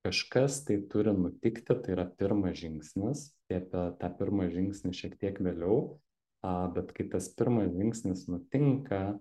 kažkas tai turi nutikti tai yra pirmas žingsnis tai apie tą pirmą žingsnį šiek tiek vėliau a bet kai tas pirmas žingsnis nutinka